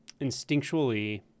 instinctually